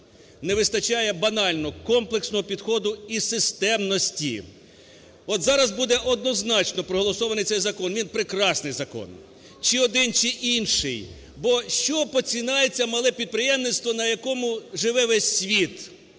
Не вистачає банального комплексного підходу і системності. От зараз буде однозначно проголосований цей закон, він прекрасний закон, чи один, чи інший. Бо з чого починається мале підприємництво, на якому живе весь світ?